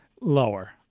lower